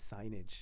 signage